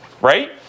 Right